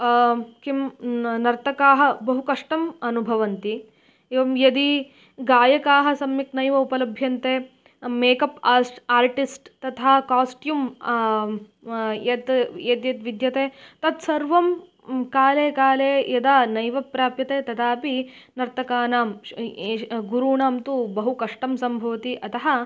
किं नर्तकाः बहु कष्टम् अनुभवन्ति एवं यदि गायकाः सम्यक् नैव उपलभ्यन्ते मेकप् आर्स्ट् आर्टिस्ट् तथा कास्ट्यूम् यत् यद्यत् विद्यते तत् सर्वं काले काले यदा नैव प्राप्यते तदापि नर्तकानां गुरूणां तु बहु कष्टं सम्भवति अतः